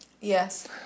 Yes